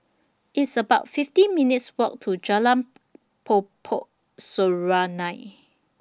It's about fifty minutes' Walk to Jalan Po Pokok Serunai